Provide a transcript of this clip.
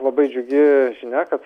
labai džiugi žinia kad